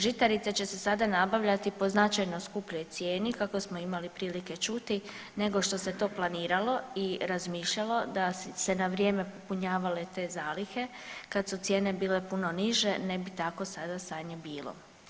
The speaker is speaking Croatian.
Žitarice će se sada nabavljati po značajno skupljoj cijeni kako smo imali prilike čuti nego što se to planirano i razmišljalo da su se na vrijeme popunjavale te zalihe kad su cijene bile puno niže ne bi takvo sada stanje bilo.